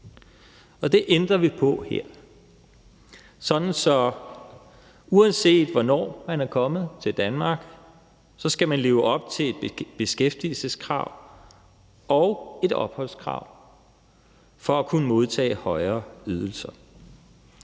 Det ændrer vi på her, sådan at uanset hvornår man er kommet til Danmark, skal man leve op til et beskæftigelseskrav og et opholdskrav for at kunne modtage højere ydelser.